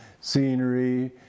scenery